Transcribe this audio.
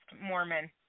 Mormon